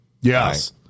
yes